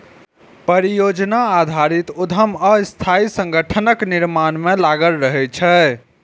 परियोजना आधारित उद्यम अस्थायी संगठनक निर्माण मे लागल रहै छै